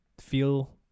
Feel